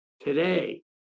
today